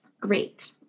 great